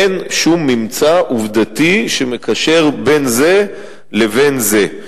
אין שום ממצא עובדתי שמקשר בין זה לבין זה.